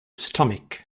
stomach